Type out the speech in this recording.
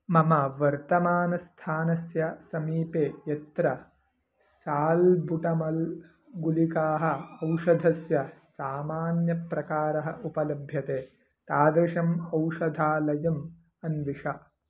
मम वर्तमानस्थानस्य समीपे यत्र साल्बुटमल् गुलिकाः औषधस्य सामान्यप्रकारः उपलभ्यते तादृशम् औषधालयम् अन्विष